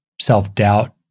self-doubt